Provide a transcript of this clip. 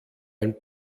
ein